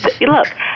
Look